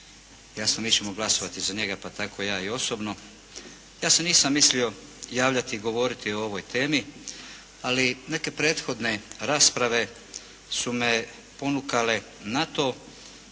Jasno mi ćemo glasovati za njega pa tako i ja osobno. Ja se nisam mislio javljati i govoriti o ovoj temi, ali neke prethodne rasprave su me ponukale na to